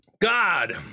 God